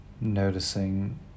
noticing